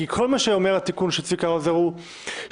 כי כל מה שאומר התיקון של צביקה האוזר הוא שבמקום